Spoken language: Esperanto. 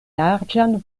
larĝan